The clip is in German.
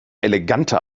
eleganter